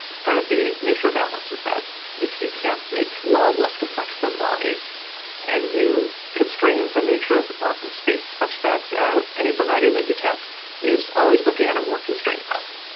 part of the nature of atlas is that if you can't make law less complex than law is can you constrain the nature of the problem space such that ah any provider that you tap is always looking at a more constrained problem.